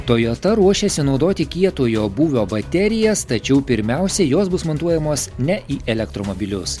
toyota ruošiasi naudoti kietojo būvio baterijas tačiau pirmiausia jos bus montuojamos ne į elektromobilius